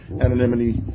anonymity